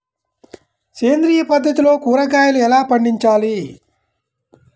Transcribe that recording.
సేంద్రియ పద్ధతిలో కూరగాయలు ఎలా పండించాలి?